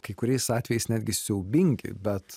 kai kuriais atvejais netgi siaubingi bet